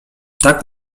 tak